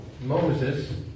Moses